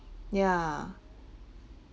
yeah